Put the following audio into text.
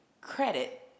credit